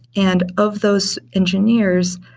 and of those engineers,